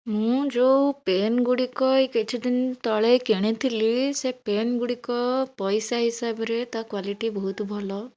ମୁଁ ଯେଉଁ ପେନ୍ଗୁଡ଼ିକ ଏଇ କିଛିଦିନ ତଳେ କିଣିଥିଲି ସେ ପେନ୍ଗୁଡ଼ିକ ପଇସା ହିସାବରେ ତା କ୍ୱାଲିଟି ବହୁତ ଭଲ